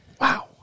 Wow